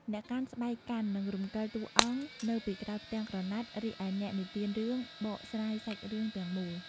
អ្នកកាន់ស្បែកកាន់ និងរំកិលតួអង្គនៅពីក្រោយផ្ទាំងក្រណាត់ រីឯអ្នកនិទានរឿងបកស្រាយសាច់រឿងទាំងមូល។